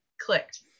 clicked